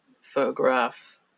photograph